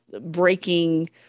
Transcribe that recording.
breaking